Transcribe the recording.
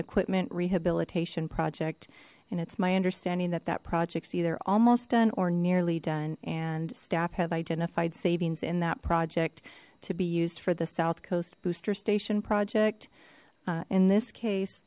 equipment rehabilitation project and it's my understanding that that projects either almost done or nearly done and staff have identified savings in that project to be used for the southcoast booster station project in this case